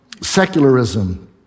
secularism